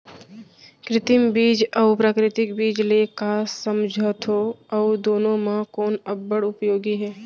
कृत्रिम बीज अऊ प्राकृतिक बीज ले का समझथो अऊ दुनो म कोन अब्बड़ उपयोगी हे?